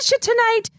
tonight